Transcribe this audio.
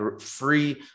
free